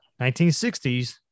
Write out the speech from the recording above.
1960s